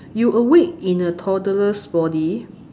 you awake in a toddler's body